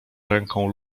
ręką